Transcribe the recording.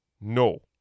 no